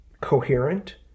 coherent